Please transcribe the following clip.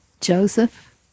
Joseph